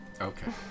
Okay